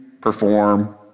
perform